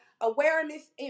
awareness